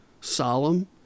solemn